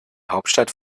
hauptstadt